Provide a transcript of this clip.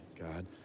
God